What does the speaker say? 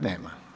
Nema.